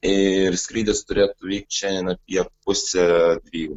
ir skrydis turėtų vykti šiandien apie pusė dvijų